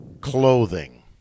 clothing